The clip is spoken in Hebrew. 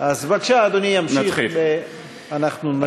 בבקשה, אדוני ימשיך ונזעיק את השר.